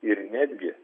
ir netgi